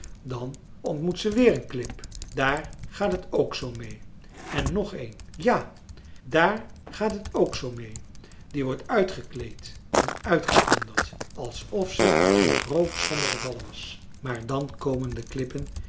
dan ontmoet ze weer een klip daar gaat het ook zoo meê en nog een ja daar gaat het ook zoo meê die wordt uitgekleed en uitgeplunderd alsof ze in roovershanden gevallen was maar dan komen de klippen